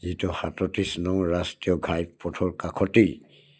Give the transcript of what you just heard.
যিটো সাতত্ৰিছ নং ৰাষ্ট্ৰীয় ঘাই পথৰ কাষতেই